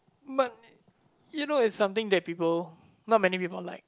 but you know it's something that people not many people like